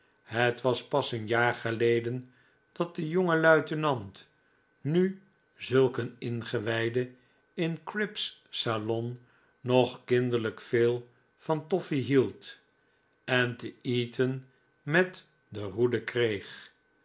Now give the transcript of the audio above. het was pas een jaar geleden dat de jonge luitenant nu zulk een ingewijde in cribb's salon nog kinderlijk veel van toffee hield en te eton met d e roede kreeg